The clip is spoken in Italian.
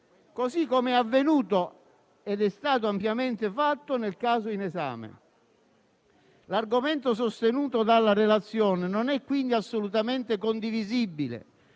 così come è avvenuto ed è stato ampiamente fatto nel caso in esame. L'argomento sostenuto dalla relazione non è quindi assolutamente condivisibile,